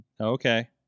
Okay